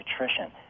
nutrition